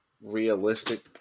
realistic